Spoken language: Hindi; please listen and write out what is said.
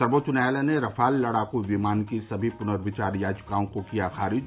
सर्वोच्च न्यायालय ने रफाल लड़ाकू विमान की सभी पुनर्विचार याचिकाओं को किया खारिज